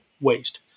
waste